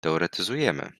teoretyzujemy